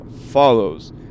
follows